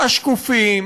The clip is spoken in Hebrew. השקופים,